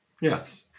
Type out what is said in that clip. Yes